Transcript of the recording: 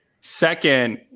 second